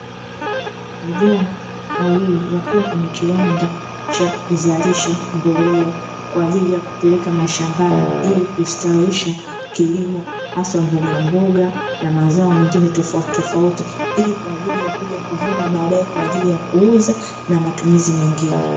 Vijana wawili wakiwa kwenye kiwanda cha kuzalisha mbolea kwa ajili ya kupeleka mashambani, ili kustawisha kilimo haswa mbogamboga na mazao mengine tofautitofauti, ili kwa ajili ya kuja kuvuna baadae kwa ajili ya kuuza na matumizi mengine.